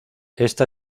esta